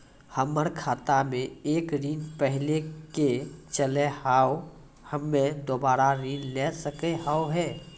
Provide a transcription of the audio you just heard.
हमर खाता मे एक ऋण पहले के चले हाव हम्मे दोबारा ऋण ले सके हाव हे?